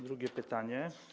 Drugie pytanie.